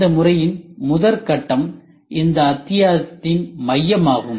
இந்த முறையின் முதற்கட்டம் இந்த அத்தியாயத்தின் மையமாகும்